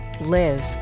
Live